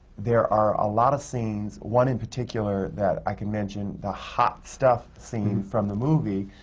there are a lot of scenes, one in particular that i could mention, the hot stuff scene from the movie,